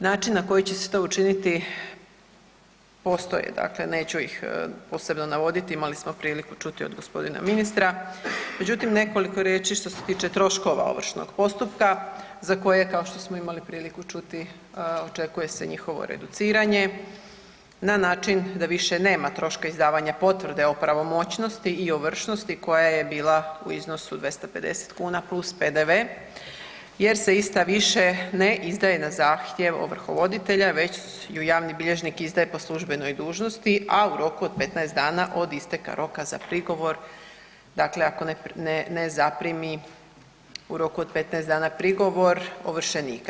Način na koji će se to učiniti postoje, dakle neću ih posebno navoditi, imali smo priliku čuti od g. ministra, međutim nekoliko riječ što se tiče troškova ovršnog postupka za koje kako što smo imali priliku čuti, očekuje se njihovo reduciranje na način da više nema troškova izdavanja potvrde o pravomoćnosti i ovršnosti koja je bila u iznosu 250 kn plus PDV jer se ista više ne izdaje na zahtjev ovrhovoditelja već ju javni bilježnik izdaje po službenoj dužnosti a u roku od 15 dana od isteka roka za prigovor, dakle ako ne zaprimi u roku od 15 dana prigovor ovršenika.